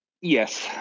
Yes